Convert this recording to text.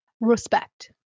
Respect